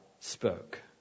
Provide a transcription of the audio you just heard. spoke